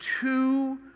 two